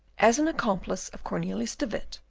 as an accomplice of cornelius de witt,